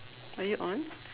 are you on